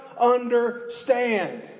understand